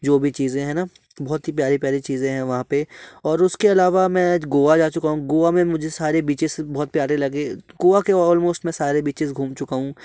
जो भी चीज हैना बहुत ही प्यारी प्यारी चीज हैं वहाँ पर और उसके अलावा मैं गोवा जा चुका हूँ गोवा में मुझे सारे बीचेज बहुत प्यारे लागे गोवा के ऑलमोस्ट मैं सारे बीचेज घूम चुका हूँ